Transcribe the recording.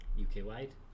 UK-wide